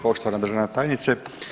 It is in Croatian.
Poštovana državna tajnice.